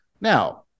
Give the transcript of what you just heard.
Now